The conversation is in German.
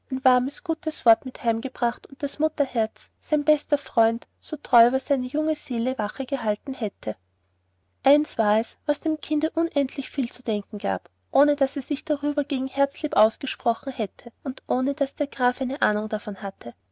warmes wort mit heimgebracht und das mutterherz sein bester freund so treu über seine junge seele wache gehalten hätte eins war es was dem kinde unendlich viel zu denken gab ohne daß es sich darüber gegen herzlieb ausgesprochen hätte und ohne daß der graf eine ahnung davon hatte